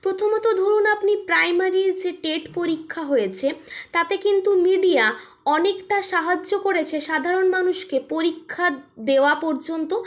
প্রথমত ধরুন আপনি প্রাইমারি যে টেট পরীক্ষা হয়েছে তাতে কিন্তু মিডিয়া অনেকটা সাহায্য করেছে সাধারণ মানুষকে পরীক্ষা দেওয়া পর্যন্ত